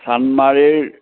চান্দমাৰীৰ